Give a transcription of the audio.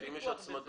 אם יש הצמדות.